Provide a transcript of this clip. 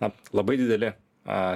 na labai dideli a